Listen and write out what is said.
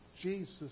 Jesus